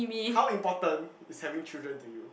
how important is having children to you